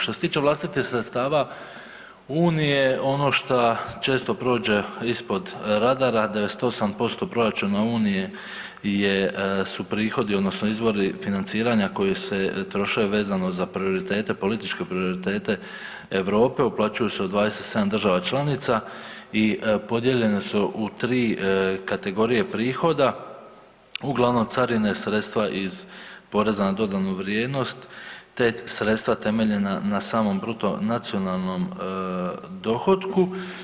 Što se tiče vlastitih sredstava Unije ono šta često prođe ispod radara 98% proračuna Unije su prihodi odnosno izvori financiranja koji se troše vezano za političke prioritete Europe, uplaćuju se u 27 država članica i podijeljene su u tri kategorije prihoda, uglavnom carine, sredstva iz poreza na dodanu vrijednost te sredstva temeljena na samom bruto nacionalnim dohotku.